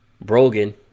Brogan